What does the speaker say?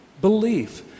belief